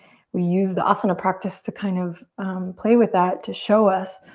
we use the asana practice to kind of play with that to show us.